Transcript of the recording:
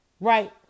right